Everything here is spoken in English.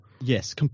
Yes